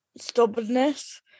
stubbornness